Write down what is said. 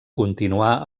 continuà